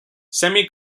semi